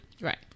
Right